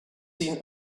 seen